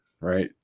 right